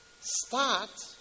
Start